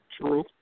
True